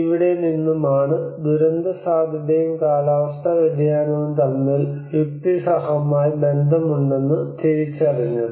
ഇവിടെ നിന്നുമാണ് ദുരന്തസാധ്യതയും കാലാവസ്ഥാ വ്യതിയാനവും തമ്മിൽ യുക്തിസഹമായി ബന്ധമുണ്ടെന്ന് തിരിച്ചറിഞ്ഞത്